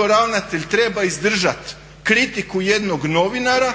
ravnatelj treba izdržati kritiku jednog novinara,